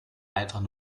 einfach